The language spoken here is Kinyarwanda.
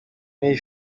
iyi